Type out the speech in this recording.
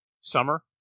summer